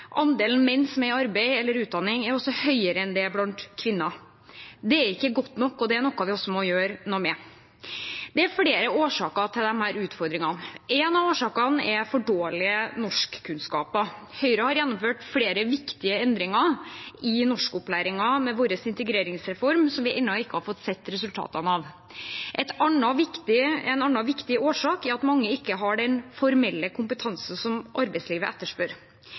Andelen menn som er i arbeid eller utdanning, er også høyere enn den er blant kvinner. Det er ikke godt nok, og det er noe vi må gjøre noe med. Det er flere årsaker til disse utfordringene. En av årsakene er for dårlige norskkunnskaper. Høyre har med sin integreringsreform gjennomført flere viktige endringer i norskopplæringen som vi ennå ikke har fått se resultatene av. En annen viktig årsak er at mange ikke har den formelle kompetansen som arbeidslivet etterspør.